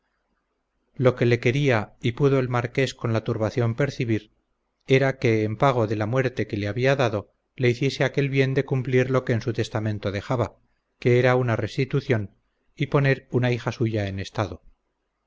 lo que le quería y pudo el marqués con la turbación percibir era que en pago de la muerte que le había dado le hiciese aquel bien de cumplir lo que en su testamento dejaba que era una restitución y poner una hija suya en estado